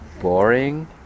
boring